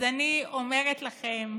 אז אני אומרת לכם: